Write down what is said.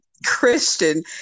christian